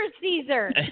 Caesar